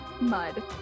Mud